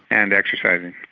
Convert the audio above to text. and exercising.